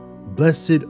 blessed